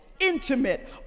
intimate